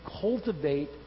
cultivate